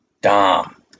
Dom